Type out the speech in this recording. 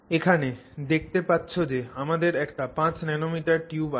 এখানে দেখতে পাচ্ছ যে আমাদের একটা 5 nanometer টিউব আছে